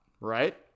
right